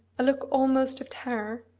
a look almost of terror!